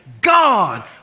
God